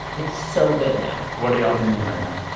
it's so good now what are y'all binging right now?